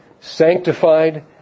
sanctified